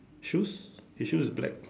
choose he choose black